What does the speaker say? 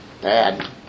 bad